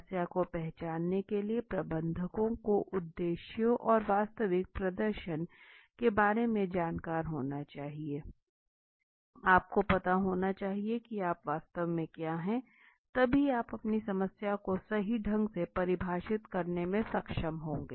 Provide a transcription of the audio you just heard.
समस्या को पहचानने के लिए प्रबंधकों को उद्देश्यों और वास्तविक प्रदर्शन के बारे में जानकार होना चाहिए आपको पता होना चाहिए कि आप वास्तव में क्या हैं तभी आप अपनी समस्या को सही ढंग से परिभाषित करने में सक्षम होंगे